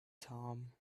tom